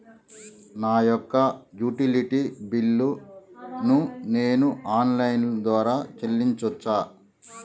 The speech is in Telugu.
నా యొక్క యుటిలిటీ బిల్లు ను నేను ఆన్ లైన్ ద్వారా చెల్లించొచ్చా?